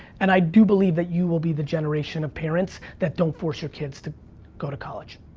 and i do believe that you will be the generation of parents that don't force your kids to go to college.